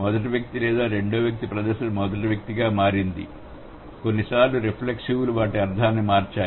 మొదటి వ్యక్తి లేదా రెండవ వ్యక్తి ప్రదర్శన మొదటి వ్యక్తిగా మారింది కొన్నిసార్లు రిఫ్లెక్సివ్లు వాటి అర్థాన్ని మార్చాయి